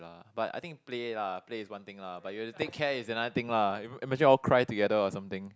lah but I think play lah play is one thing lah but you have to take care is another thing lah ima~ imagine all cry together or something